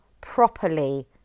properly